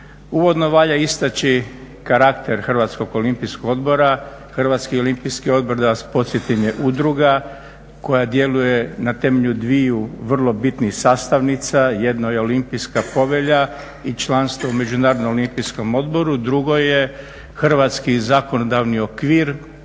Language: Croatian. Uvodno valja istaći karakter Hrvatskog olimpijskog odbora. Hrvatski olimpijski odbor da vas podsjetim je udruga koja djeluje na temelju dviju vrlo bitnih sastavnica, jedno je Olimpijska povelja i članstvo u Međunarodnom olimpijskom odboru, drugo je Hrvatski zakonodavni okvir